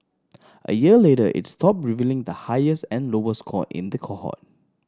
a year later it stopped revealing the highest and lowest score in the cohort